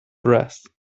brass